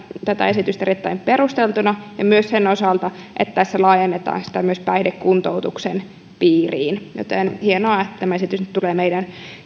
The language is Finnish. tätä esitystä erittäin perusteltuna myös sen osalta että tässä laajennetaan sitä myös päihdekuntoutuksen piiriin joten on hienoa että tämä esitys nyt tulee meidän